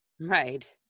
Right